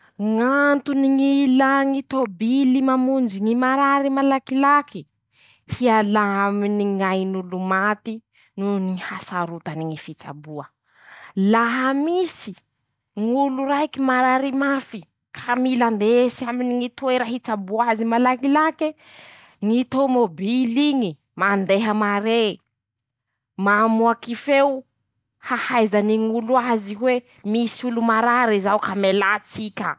Ñ'antony ñ'ilà ñy tôbily mamonjy ñy marary malakilaky: -Hiala aminy ñain'olo maty noho ny ñy hasarotany ñy fitsaboa, laha misy ñ'olo raiky marary mafy, ka mila andesy aminy toera hitsaboa azy malakilake, ñy tômôbil'iñy mandeha maré, mamoaky feo ahaizany ñ'olo azy hoe misy olo marary zao ka melà tsika.